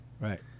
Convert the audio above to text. Right